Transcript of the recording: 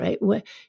right